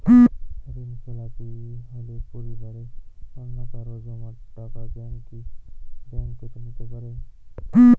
ঋণখেলাপি হলে পরিবারের অন্যকারো জমা টাকা ব্যাঙ্ক কি ব্যাঙ্ক কেটে নিতে পারে?